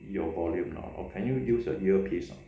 your volume ah or can you use a earpiece ah